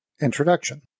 Introduction